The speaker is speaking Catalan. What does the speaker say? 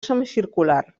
semicircular